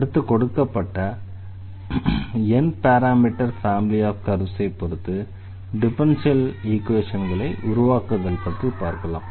அடுத்து கொடுக்கப்பட்ட n parameter family of curves ஐ பொறுத்து டிஃபரன்ஷியல் ஈக்வேஷன்களை உருவாக்குதல் பற்றி பார்க்கலாம்